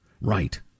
Right